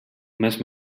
mes